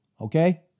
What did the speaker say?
okay